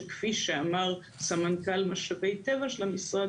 שכפי שאמר סמנכ"ל משאבי טבע של המשרד,